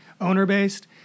owner-based